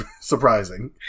surprising